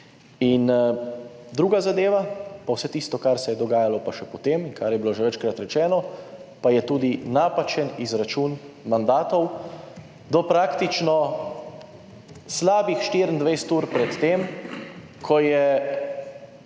Druga zadeva, vse tisto, kar se je dogajalo še potem, kar je bilo že večkrat rečeno, pa je tudi napačen izračun mandatov, do praktično slabih 24 ur pred tem, ko je